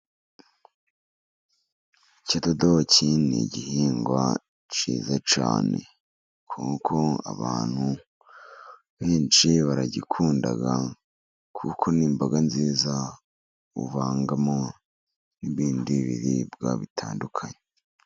Ikidodoki ni igihingwa cyiza cyane kuko abantu benshi baragikunda, kuko ni imboga nziza uvangamo n'ibindi biribwa bitandukanye.